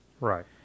Right